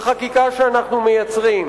בחקיקה שאנחנו מייצרים.